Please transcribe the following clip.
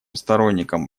сторонником